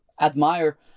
admire